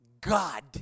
God